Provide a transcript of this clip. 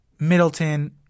Middleton